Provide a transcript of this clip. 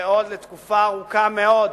ועוד לתקופה ארוכה מאוד,